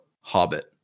Hobbit